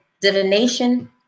divination